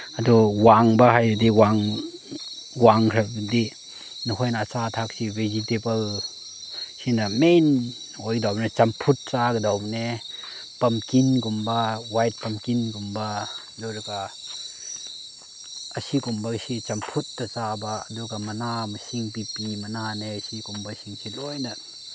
ꯑꯗꯣ ꯋꯥꯡꯕ ꯍꯥꯏꯕꯗꯤ ꯋꯥꯡꯈ꯭ꯔꯕꯗꯤ ꯅꯈꯣꯏꯅ ꯑꯆꯥ ꯑꯊꯛꯁꯤ ꯚꯤꯖꯤꯇꯦꯕꯜ ꯁꯤꯅ ꯃꯦꯟ ꯑꯣꯏꯒꯗꯧꯕꯅꯦ ꯆꯝꯐꯨꯠ ꯆꯥꯒꯗꯧꯕꯅꯦ ꯄꯝꯀꯤꯟꯒꯨꯝꯕ ꯋꯥꯏꯠ ꯄꯝꯀꯤꯟꯒꯨꯝꯕ ꯑꯗꯨ ꯑꯣꯏꯔꯒ ꯑꯁꯤꯒꯨꯝꯕꯁꯤ ꯆꯝꯐꯨꯠꯇ ꯆꯥꯕ ꯑꯗꯨꯒ ꯃꯅꯥ ꯃꯁꯤꯡ ꯕꯤ ꯄꯤ ꯃꯅꯥꯅꯦ ꯁꯤꯒꯨꯝꯕꯁꯤꯡꯁꯦ ꯂꯣꯏꯅ